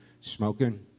smoking